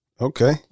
Okay